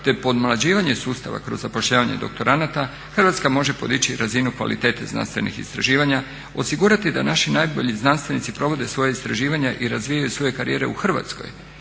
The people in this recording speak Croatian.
te pomlađivanje sustava kroz zapošljavanje doktoranata Hrvatska može podići razinu kvalitete znanstvenih istraživanja, osigurati da naši najbolji znanstvenici provode svoja istraživanja i razvijaju svoje karijere u Hrvatskoj,